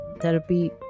therapy